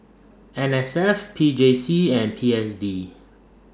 N S F P J C and P S D